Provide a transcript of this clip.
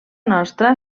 nostra